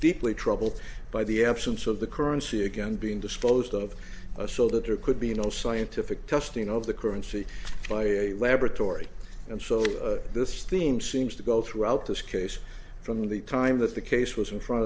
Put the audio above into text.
deeply troubled by the absence of the currency again being disposed of a so that there could be no scientific testing of the currency by a laboratory and so this theme seems to go throughout this case from the time that the case was in front